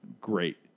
great